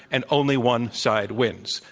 and only one side wins.